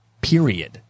period